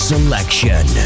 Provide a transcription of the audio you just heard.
Selection